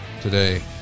today